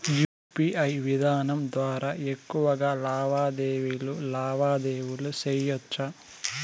UPI విధానం ద్వారా ఎక్కువగా లావాదేవీలు లావాదేవీలు సేయొచ్చా?